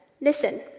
Listen